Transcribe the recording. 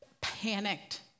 panicked